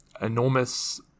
enormous